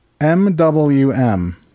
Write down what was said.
MWM